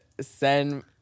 send